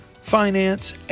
finance